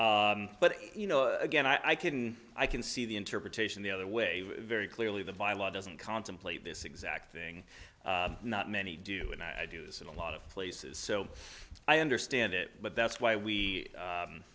but you know again i can i can see the interpretation the other way very clearly the via law doesn't contemplate this exact thing not many do and i do this in a lot of places so i understand it but that's why we